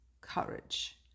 courage